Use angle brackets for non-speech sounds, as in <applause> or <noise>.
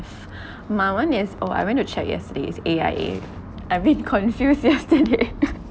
my one is oh I went to check yesterday is A_I_A a bit confused yesterday <laughs>